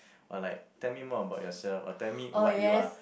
or like tell me more about yourself or tell me what you are